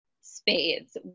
spades